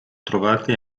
trovati